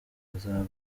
azaba